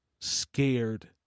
scared